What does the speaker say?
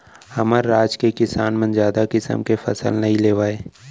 हमर राज के किसान मन जादा किसम के फसल नइ लेवय